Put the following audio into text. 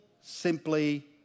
simply